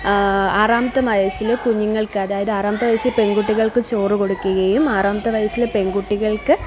ആറാമത്തെ വയസ്സില് കുഞ്ഞുങ്ങള്ക്ക് അതായത് ആറാമത്തെ വയസ്സില് പെണ്കുട്ടികള്ക്ക് ചോറ് കൊടുക്കുകയും ആറാമത്തെ വയസ്സില് പെണ്കുട്ടികള്ക്ക്